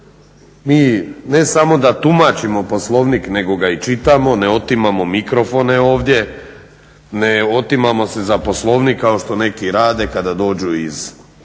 Mi ne samo da tumačimo Poslovnik nego ga i čitamo, ne otimamo mikrofone ovdje, ne otimamo se za Poslovnik kao što neki rade kada dođu iz Vlade